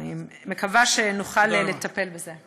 אני מקווה שנוכל לטפל בזה.